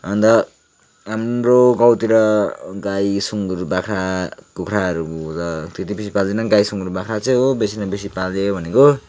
अन्त हाम्रो गाउँतिर गाई सुँगुर बाख्रा कुखुराहरू त त्यति बेसी पाल्दैन गाई सुँगुर बाख्रा चाहिँ हो बेसी न बेसी पाल्ने भनेको